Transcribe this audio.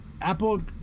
Apple